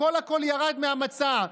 הכול ירד מהמצע.